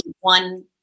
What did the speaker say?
one